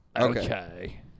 Okay